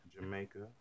Jamaica